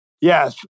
Yes